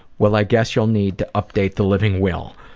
well i guess you'll need to update the living will.